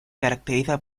caracteriza